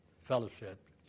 Fellowship